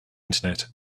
internet